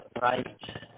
right